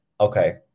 okay